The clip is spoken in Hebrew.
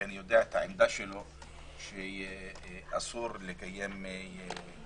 כי אני יודע את העמדה שלו שאסור לקיים דיונים